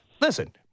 listen